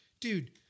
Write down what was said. dude